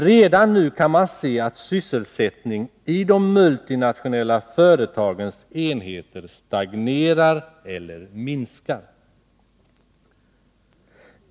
Redan nu kan man se att sysselsättningen i de multinationella företagens enheter stagnerar eller minskar.